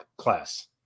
Class